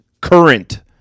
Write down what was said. current